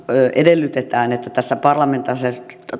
edellytetään että tässä